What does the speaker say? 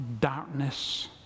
darkness